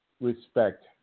respect